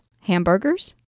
hamburgers